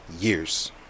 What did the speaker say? years